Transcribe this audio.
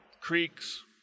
Creeks